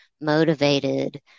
motivated